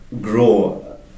grow